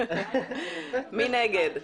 מי נגד?